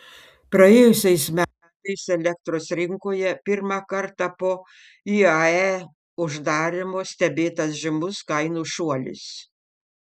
praėjusiais metais elektros rinkoje pirmą kartą po iae uždarymo stebėtas žymus kainų šuolis